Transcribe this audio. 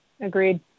agreed